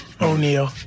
O'Neal